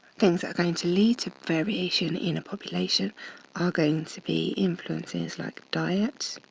things are going to lead to variation in a population are going to be influences like diet,